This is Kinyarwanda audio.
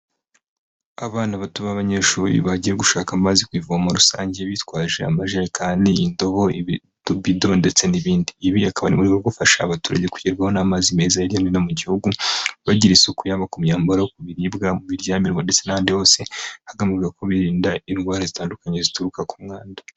Abana bato b'abanyeshuri bagiye gushaka amazi kw’ivomo rusange bitwaje amajerekani, indobo, utubido, ndetse n'ibindi. Ibi bikaba bifasha abaturage kugerwaho n'amazi meza hirya no hino mu gihugu, bagira isuku yaba ku myambaro, ku biribwa, Ibiryamirwa ndetse n'ahandi hose, hagamijwe ko birinda indwara zitandukanye zituruka ku mwanda.